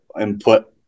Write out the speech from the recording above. input